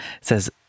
says